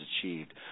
achieved